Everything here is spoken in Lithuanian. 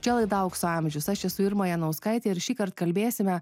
čia laida aukso amžius aš esu irma janauskaitė ir šįkart kalbėsime